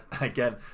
again